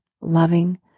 loving